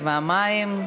לתנאים.